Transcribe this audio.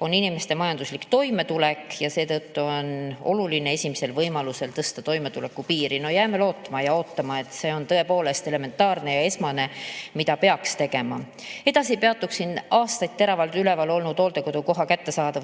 on inimeste majanduslik toimetulek, seetõttu on oluline esimesel võimalusel tõsta toimetulekutoetuse piiri. No jääme lootma ja ootama, see on tõepoolest elementaarne ja esmane, mida peaks tegema. Edasi peatuksin aastaid teravalt üleval olnud hooldekodukoha kättesaadavuse